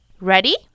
Ready